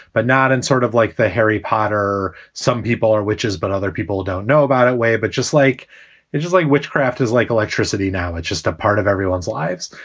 but not in sort of like the harry potter. some people are witches, but other people don't know about it way. but just like it just like witchcraft is like electricity now. it's just a part of everyone's lives.